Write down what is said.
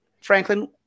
Franklin